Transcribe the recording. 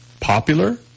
popular